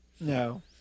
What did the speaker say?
no